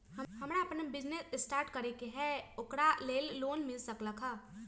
हमरा अपन business start करे के है ओकरा लेल लोन मिल सकलक ह?